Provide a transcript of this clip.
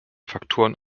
faktoren